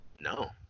no